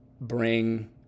bring